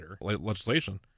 legislation